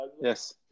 Yes